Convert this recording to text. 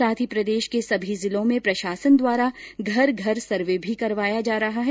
साथ ही प्रदेश के सभी जिलों में प्रशासन द्वारा घर घर सर्वे भी करवाया जा रहा है